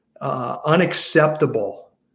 unacceptable